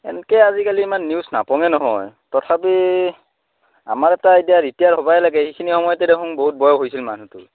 এনকে আজিকালি ইমান নিউজ নাপাওঁৱে নহয় তথাপি আমাৰ এটা এতিয়া ৰিটায়াৰ হবই লাগে এইখিনি সময়তে দেখোন বহুত বয়স হৈছিল মানুহটোৰ